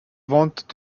ventes